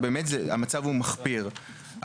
המצב הוא מחפיר.